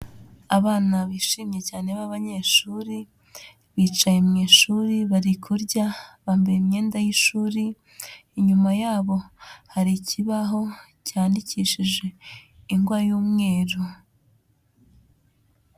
Abana bishimye cyane b'abanyeshuri bicaye mu ishuri bari kurya, bambaye imyenda y'ishuri, inyuma yabo hari ikibaho cyandikishije ingwa y'umweru.